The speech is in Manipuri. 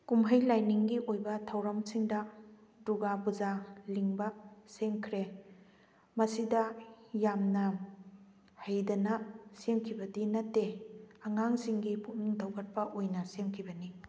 ꯀꯨꯝꯍꯩ ꯂꯥꯏꯅꯤꯡꯒꯤ ꯑꯣꯏꯕ ꯊꯧꯔꯝꯁꯤꯡꯗ ꯗꯨꯔꯒꯥ ꯄꯨꯖꯥ ꯂꯤꯡꯕ ꯁꯦꯝꯈ꯭ꯔꯦ ꯃꯁꯤꯗ ꯌꯥꯝꯅ ꯍꯩꯗꯅ ꯁꯦꯝꯈꯤꯕꯗꯤ ꯅꯠꯇꯦ ꯑꯉꯥꯡꯁꯤꯡꯒꯤ ꯄꯨꯛꯅꯤꯡ ꯊꯧꯒꯠꯄ ꯑꯣꯏꯅ ꯁꯦꯝꯈꯤꯕꯅꯤ